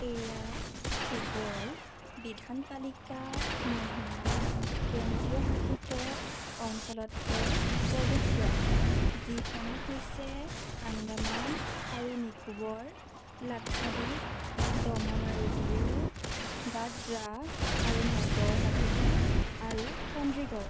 এয়া কেৱল বিধান পালিকা নোহোৱা কেন্দ্ৰীয় শাসিত অঞ্চলতহে প্ৰযোজ্য যিসমূহ হৈছে আন্দামান আৰু নিকোবৰ লাক্ষাদ্বীপ দমন আৰু দিউ দাদ্ৰা আৰু নগৰ হাভেলী আৰু চণ্ডীগড়